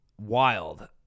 wild